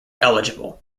eligible